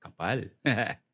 Kapal